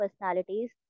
personalities